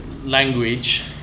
language